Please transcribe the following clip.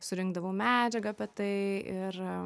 surinkdavau medžiagą apie tai ir